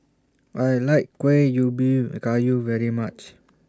I like Kueh Ubi Kayu very much